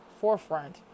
forefront